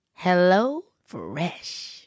HelloFresh